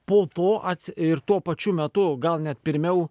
po to at ir tuo pačiu metu gal net pirmiau